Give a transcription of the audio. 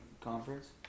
conference